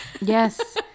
Yes